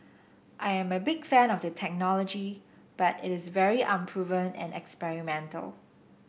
I am a big fan of the technology but it is very unproven and experimental